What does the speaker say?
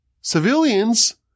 civilians